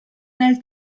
nel